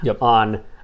on